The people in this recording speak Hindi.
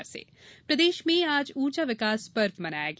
ऊर्जा पर्व प्रदेश में आज ऊर्जा विकास पर्व मनाया गया